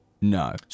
no